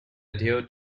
adhere